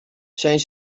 zijn